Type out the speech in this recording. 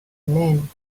name